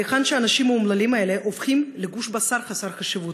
שבהם האנשים האומללים האלה הופכים לגוש בשר חסר חשיבות.